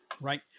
Right